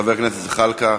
חבר הכנסת זחאלקה.